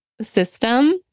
system